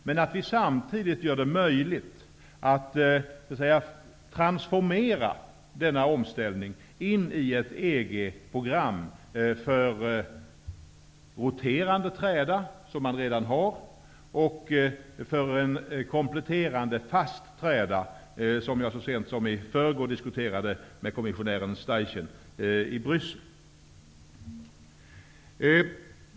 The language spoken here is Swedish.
Men samtidigt bör vi göra det möjligt att transformera denna omställning in i ett EG program för roterande träda, som man redan har, och införa en kompletterande fast träda som jag så sent som i förrgår diskuterade med kommissionären Stechel i Bryssel.